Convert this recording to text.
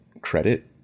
credit